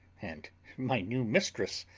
and my new mistress,